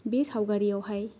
बे सावगारियावहाय